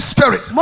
Spirit